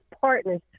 partners